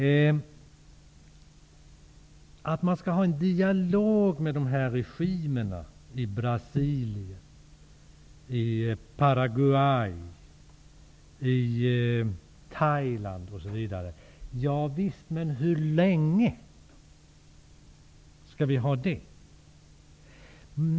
Det sägs att vi skall ha en dialog med de här regimerna, i Brasilien, Paraguay, Thailand, osv. Ja visst, men hur länge skall vi ha det?